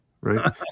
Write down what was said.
Right